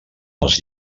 els